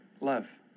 love